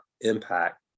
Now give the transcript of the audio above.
impact